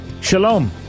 Shalom